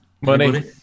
Money